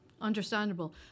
Understandable